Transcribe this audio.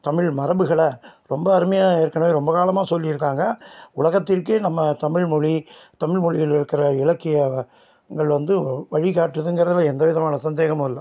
தமிழ் மரபுகளை ரொம்ப அருமையாக ஏற்கனவே ரொம்ப காலமாக சொல்லியிருக்காங்க உலகத்திற்கே நம்ம தமிழ் மொழி தமிழ் மொழியில் இருக்கிற இலக்கிய யங்கள் வந்து வழிகாட்டுதுங்கிறதுல எந்த விதமான சந்தேகமும் இல்லை